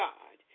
God